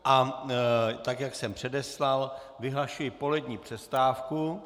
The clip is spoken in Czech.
A tak jak jsem předeslal, vyhlašuji polední přestávku.